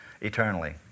eternally